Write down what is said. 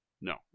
No